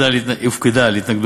2,